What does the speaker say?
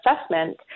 assessment